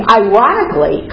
ironically